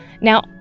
Now